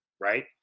Right